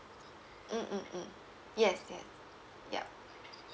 mm mm mm yes yes yup